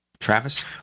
Travis